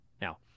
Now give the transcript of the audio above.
Now